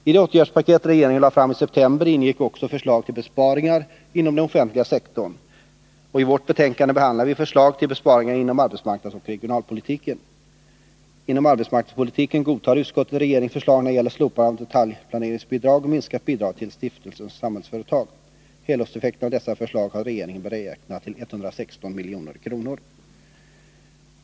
I det åtgärdspaket som regeringen lade fram i september ingick också förslag till besparingar inom den offentliga sektorn. I vårt betänkande behandlar vi förslag till besparingar inom arbetsmarknadsoch regionalpolitiken. Inom arbetsmarknadspolitiken godtar utskottet regeringens förslag när det gäller slopande av detaljplaneringsbidrag och minskat bidrag till Stiftelsen Samhällsföretag. Helårseffekten av dessa förslag har regeringen beräknat till 116 milj.kr.